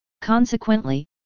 Consequently